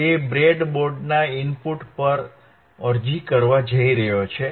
તે બ્રેડબોર્ડના ઇનપુટ પર એપ્લાઇ કરવા કે દાખલ કરવા જઇ રહ્યો છે